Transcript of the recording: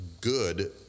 good